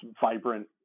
vibrant